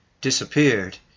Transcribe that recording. disappeared